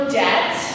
debt